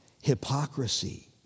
hypocrisy